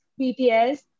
BTS